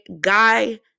guy